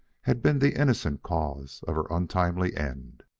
had been the innocent cause of her untimely end.